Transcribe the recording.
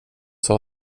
hon